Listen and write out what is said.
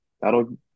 That'll